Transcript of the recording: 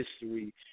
history